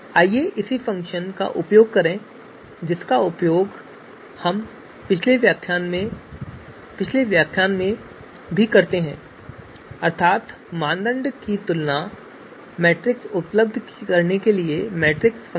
आइए उसी फ़ंक्शन का उपयोग करें जिसका उपयोग हम पिछले व्याख्यानों में भी करते रहे हैं अर्थात मानदंड के लिए तुलना मैट्रिक्स उत्पन्न करने के लिए मैट्रिक्स फ़ंक्शन